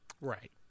Right